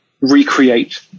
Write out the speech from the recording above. recreate